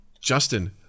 Justin